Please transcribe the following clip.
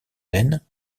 laine